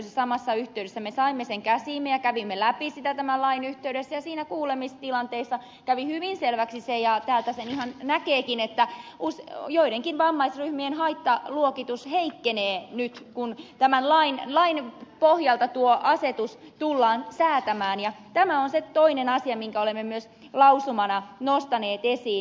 samassa yhteydessä me saimme sen käsiimme ja kävimme läpi sitä tämän lain yhteydessä ja siinä kuulemistilanteessa kävi hyvin selväksi se ja täältä sen ihan näkeekin että joidenkin vammaisryhmien haittaluokitus heikkenee nyt kun tämän lain pohjalta tuo asetus tullaan säätämään ja tämä on se toinen asia minkä olemme myös lausumana nostaneet esiin